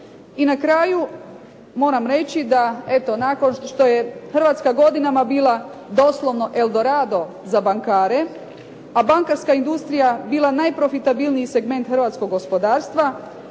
I na kraju, moram reći da eto nakon što je Hrvatska godinama bila doslovno eldorado za bankare, a bankarska industrija bila najprofitabilniji segment hrvatskoga gospodarstva,